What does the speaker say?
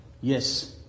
yes